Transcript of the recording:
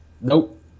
Nope